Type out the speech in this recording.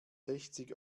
sechzig